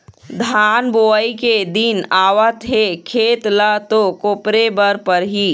धान बोवई के दिन आवत हे खेत ल तो कोपरे बर परही